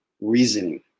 reasoning